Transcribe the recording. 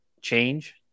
change